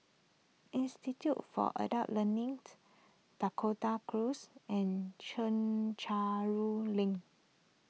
Institute for Adult Learning Dakota Close and Chencharu Link